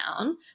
down